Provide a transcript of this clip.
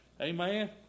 Amen